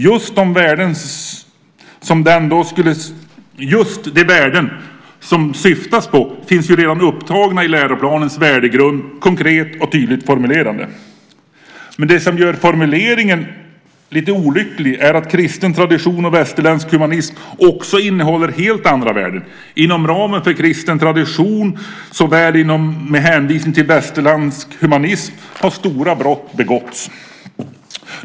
Just de värden som det syftas på finns ju redan upptagna i läroplanens värdegrund, konkret och tydligt formulerade. Men det som gör formuleringen lite olycklig är att kristen tradition och västerländsk humanism också innehåller helt andra värden. Inom ramen för kristen tradition såväl som med hänvisning till västerländsk humanism har stora brott begåtts.